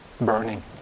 burning